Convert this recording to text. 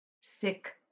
sick